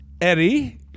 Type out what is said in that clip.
Eddie